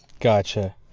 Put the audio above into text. gotcha